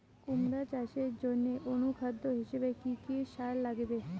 কুমড়া চাষের জইন্যে অনুখাদ্য হিসাবে কি কি সার লাগিবে?